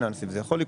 שזה יכול לקרות,